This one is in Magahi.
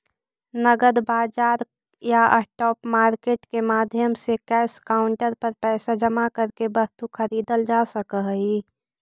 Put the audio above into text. नगद बाजार या स्पॉट मार्केट के माध्यम से कैश काउंटर पर पैसा जमा करके वस्तु खरीदल जा सकऽ हइ